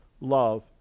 love